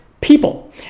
people